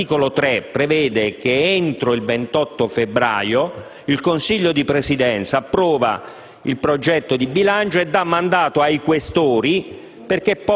l'articolo 3 prevede che, entro il 28 febbraio, il Consiglio di Presidenza approva il progetto di bilancio e dà mandato ai Questori